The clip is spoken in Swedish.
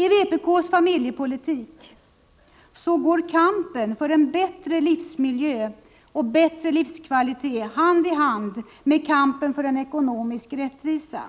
I vpk:s familjepolitik går kampen för en bättre livsmiljö och livskvalitet hand i hand med kampen för en ekonomisk rättvisa.